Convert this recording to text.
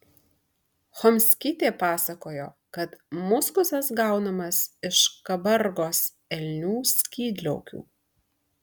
chomskytė pasakojo kad muskusas gaunamas iš kabargos elnių skydliaukių